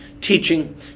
teaching